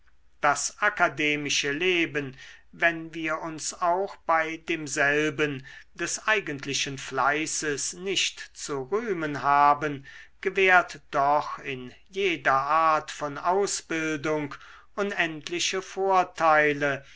das akademische leben wenn wir uns auch bei demselben des eigentlichen fleißes nicht zu rühmen haben gewährt doch in jeder art von ausbildung unendliche vorteile